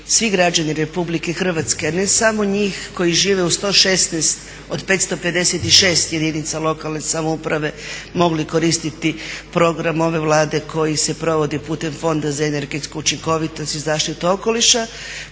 svi građani Republike Hrvatske a ne samo njih koji žive u 116 od 556 jedinica lokalne samouprave mogli koristiti program ove Vlade koji se provodi putem Fonda za energetsku učinkovitost i zaštitu okoliša